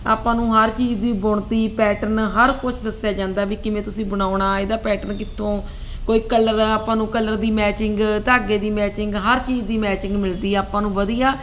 ਆਪਾਂ ਨੂੰ ਹਰ ਚੀਜ਼ ਦੀ ਬੁਣਤੀ ਪੈਟਰਨ ਹਰ ਕੁਛ ਦੱਸਿਆ ਜਾਂਦਾ ਵੀ ਕਿਵੇਂ ਤੁਸੀਂ ਬਣਾਉਣਾ ਇਹਦਾ ਪੈਟਰਨ ਕਿੱਥੋਂ ਕੋਈ ਕਲਰ ਆਪਾਂ ਨੂੰ ਕਲਰ ਦੀ ਮੈਚਿੰਗ ਧਾਗੇ ਦੀ ਮੈਚਿੰਗ ਹਰ ਚੀਜ਼ ਦੀ ਮੈਚਿੰਗ ਮਿਲਦੀ ਆਪਾਂ ਨੂੰ ਵਧੀਆ